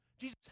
Jesus